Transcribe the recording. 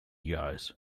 goes